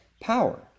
power